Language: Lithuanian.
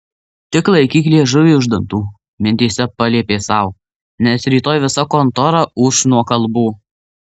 tik laikyk liežuvį už dantų mintyse paliepė sau nes rytoj visa kontora ūš nuo kalbų